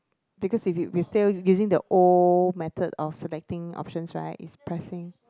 because if you we still using the old method of selecting options right is pressing